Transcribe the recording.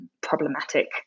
problematic